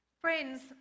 Friends